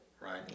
right